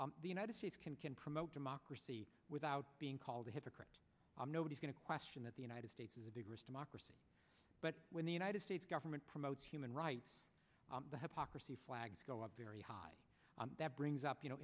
obvious the united states can can promote democracy without being called a hypocrite i'm nobody's going to question that the united states is a digger's democracy but when the united states government promotes human rights the hypocrisy flags go up very high that brings up you know